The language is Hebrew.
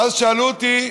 ואז שאלו אותי,